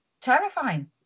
terrifying